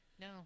no